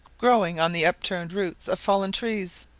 growing on the upturned roots of fallen trees,